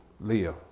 live